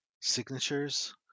signatures